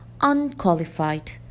unqualified